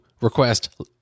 request